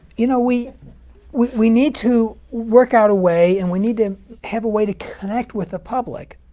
you know we we need to work out a way, and we need to have a way to connect with the public.